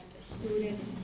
students